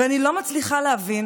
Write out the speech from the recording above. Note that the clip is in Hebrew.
אני לא מצליחה להבין